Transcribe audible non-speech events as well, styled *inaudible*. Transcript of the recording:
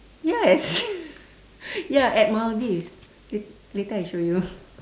ya *laughs* ya at Maldives late~ later I show you